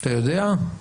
אתה יודע?